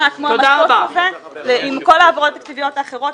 כמו המטוס הזה עם כל ההעברות התקציביות האחרות,